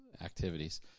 activities